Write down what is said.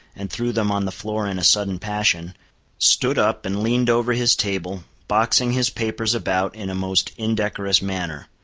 and threw them on the floor in a sudden passion stood up and leaned over his table, boxing his papers about in a most indecorous manner,